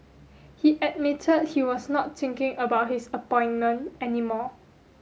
he admitted he was not thinking about his appointment any more